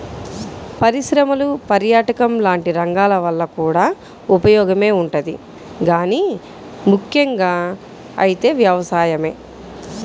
పరిశ్రమలు, పర్యాటకం లాంటి రంగాల వల్ల కూడా ఉపయోగమే ఉంటది గానీ ముక్కెంగా అయితే వ్యవసాయమే